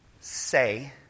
Say